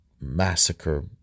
massacre